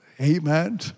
Amen